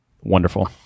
wonderful